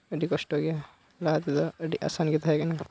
ᱟᱹᱰᱤ ᱠᱚᱥᱴᱚ ᱜᱮᱭᱟ ᱞᱟᱦᱟ ᱛᱮᱫᱚ ᱟᱹᱰᱤ ᱟᱥᱟᱱ ᱜᱮ ᱛᱟᱦᱮᱱᱟ